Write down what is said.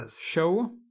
show